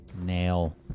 nail